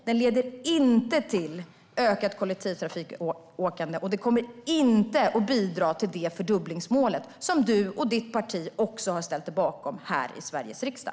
Den leder inte till ett ökat kollektivtrafikåkande, och den kommer inte att bidra till det fördubblingsmål som du och ditt parti också har ställt er bakom här i Sveriges riksdag.